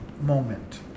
moment